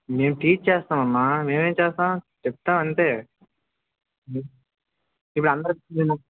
మేము టీచ్ చేస్తామమ్మా మేమే చేస్తాము చెప్తాము అంతే ఇప్పుడు అందరికి మేము